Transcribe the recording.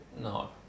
No